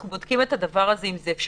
אנחנו בודקים אם הדבר הזה אפשרי.